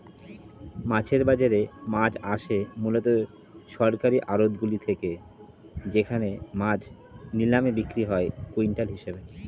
মাছের বাজারে মাছ আসে মূলত সরকারি আড়তগুলি থেকে যেখানে মাছ নিলামে বিক্রি হয় কুইন্টাল হিসেবে